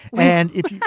and if yeah